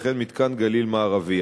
וכן מתקן גליל מערבי.